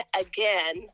again